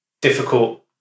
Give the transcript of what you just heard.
difficult